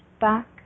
back